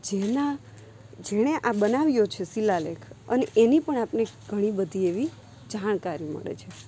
જેના જેણે આ બનાવ્યો છે શીલાલેખ અને એની પણ આપને ઘણી બધી એવી જાણકારી મળે છે